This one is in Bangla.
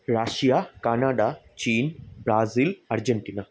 রাশিয়া কানাডা চীন ব্রাজিল আর্জেন্টিনা